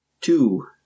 Two